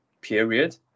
period